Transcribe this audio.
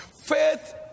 faith